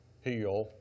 heal